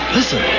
Listen